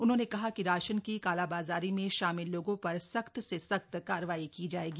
उन्होंने कहा कि राशन की कालाबाजारी में शामिल लोगों पर सख्त से सख्त कार्रवाई की जाएगी